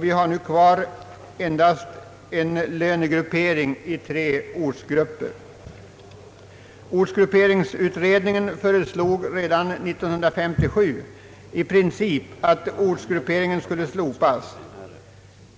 Vi har nu kvar endast en lönegruppering i tre ortsgrupper. Ortsgrupperingsutredningen föreslog redan 1957 i princip att ortsgrupperingen skuile slopas.